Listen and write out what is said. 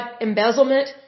embezzlement